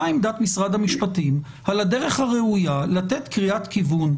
מה עמדת משרד המשפטים על הדרך הראויה לתת קריאת כיוון,